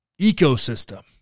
ecosystem